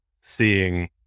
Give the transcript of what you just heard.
seeing